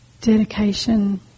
dedication